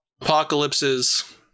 apocalypses